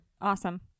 Awesome